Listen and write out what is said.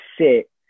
sit